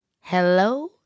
Hello